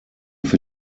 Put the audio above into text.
für